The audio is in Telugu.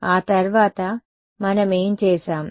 ఆ తర్వాత మనం ఏం చేశాం